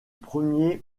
premiers